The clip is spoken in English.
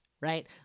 right